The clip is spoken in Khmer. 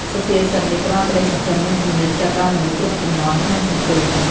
សុភាសិតនេះផ្ដល់ក្ដីសង្ឃឹម និងជំនឿចិត្តដល់មនុស្សគ្រប់ជំនាន់ក្នុងសង្គម។